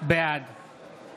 בעד